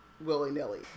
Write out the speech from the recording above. willy-nilly